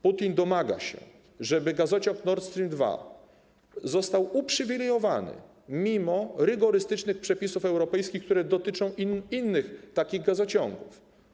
Putin domaga się, żeby gazociąg Nord Stream 2 został uprzywilejowany mimo rygorystycznych przepisów europejskich, które dotyczą innych takich gazociągów.